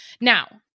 Now